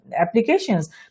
applications